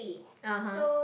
(uh huh)